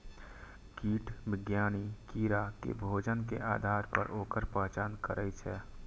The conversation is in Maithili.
कीट विज्ञानी कीड़ा के भोजन के आधार पर ओकर पहचान करै छै